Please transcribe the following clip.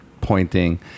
pointing